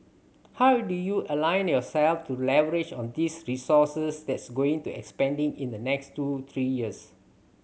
how do you align yourselves to leverage on this resources that's going to expanding in the next two three years